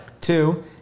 Two